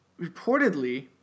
reportedly